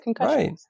right